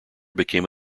become